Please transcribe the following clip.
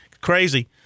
Crazy